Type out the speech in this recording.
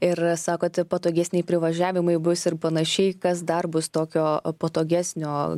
ir sakot ir patogesni privažiavimai bus ir panašiai kas dar bus tokio patogesnio